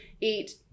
eat